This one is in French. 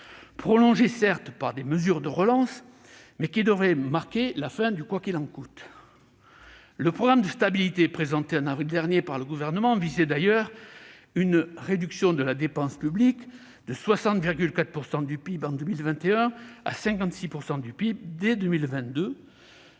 prolongés certes par des mesures de relance, mais cette étape devrait marquer la fin du « quoi qu'il en coûte ». Le programme de stabilité présenté en avril dernier par le Gouvernement visait d'ailleurs une réduction de la dépense publique de 60,4 % du PIB en 2021 à 56 % dès 2022,